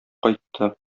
кайтты